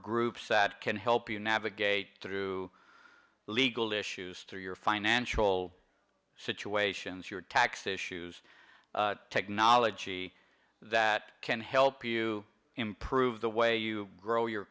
groups that can help you navigate through legal issues through your financial situations your tax issues technology that can help you improve the way you grow your